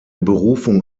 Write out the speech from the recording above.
berufung